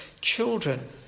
children